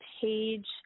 page